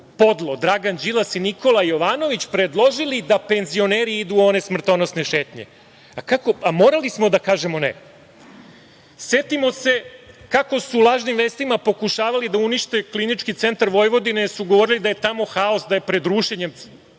podlo Dragan Đilas i Nikola Jovanović predložili da penzioneri idu u one smrtonosne šetnje. Morali smo da kažemo - ne. Setimo se kako su lažnim vestima pokušavali da unište Klinički centar Vojvodine, jer su govorili da je tamo haos, da je pred rušenjem.